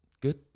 Good